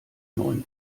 neun